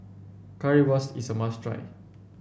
Currywurst is a must try